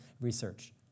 research